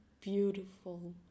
beautiful